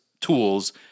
tools